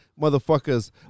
motherfuckers